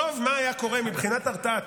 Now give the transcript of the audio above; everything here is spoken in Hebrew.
תחשוב מה היה קורה מבחינת הרתעה.